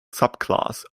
subclass